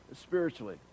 spiritually